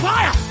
Fire